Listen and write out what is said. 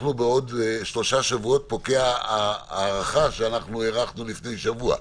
בעוד שלושה שבועות פוקעת ההארכה שאנחנו הארכנו לפני שבוע,